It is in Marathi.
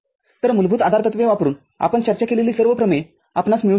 तरमूलभूत आधारतत्वे वापरुन आपण चर्चा केलेली सर्व प्रमेये आपणास मिळू शकतात